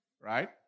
right